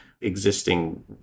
existing